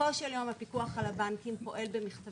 בסופו של יום הפיקוח על הבנקים פועל במכתבים,